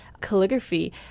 calligraphy